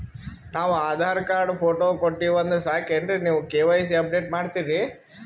ನಾವು Aadhaar card, photo ಕೊಟ್ಟೀವಂದ್ರ ಸಾಕೇನ್ರಿ ನೀವ ಕೆ.ವೈ.ಸಿ ಅಪಡೇಟ ಮಾಡ್ತೀರಿ?